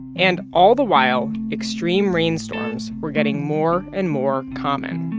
and all the while, extreme rainstorms were getting more and more common.